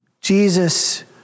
Jesus